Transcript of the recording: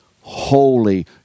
holy